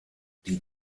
die